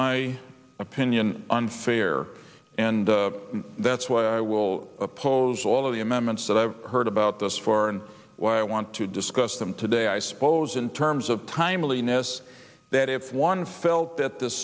my opinion unfair and that's why i will oppose all of the amendments that i've heard about those four and why i want to discuss them today i suppose in terms of timeliness that if one felt that th